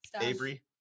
avery